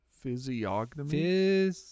Physiognomy